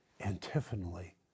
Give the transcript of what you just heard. antiphonally